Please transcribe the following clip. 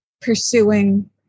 pursuing